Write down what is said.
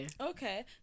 Okay